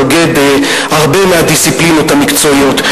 נוגד הרבה מהדיסציפלינות המקצועיות.